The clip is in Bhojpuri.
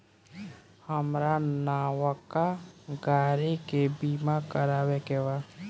हामरा नवका गाड़ी के बीमा करावे के बा